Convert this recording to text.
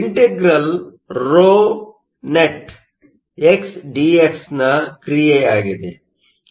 integral ρnet xdx ನ ಕ್ರಿಯೆಯಾಗಿದೆ